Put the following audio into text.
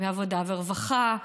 בעבודה ורווחה,